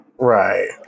Right